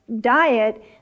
diet